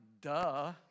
duh